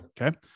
Okay